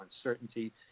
uncertainty